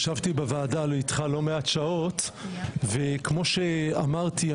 ישבתי בוועדה איתך לא מעט שעות וכמו שאמרתי,